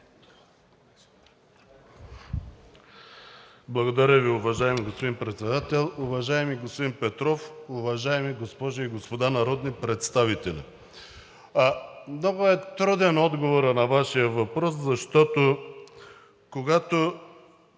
Благодаря Ви. Уважаеми господин Председател, уважаеми господин Петров, уважаеми госпожи и господа народни представители! Много е труден отговорът на Вашия въпрос, защото, когато